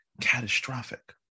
catastrophic